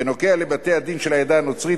בנוגע לבתי-הדין של העדה הנוצרית,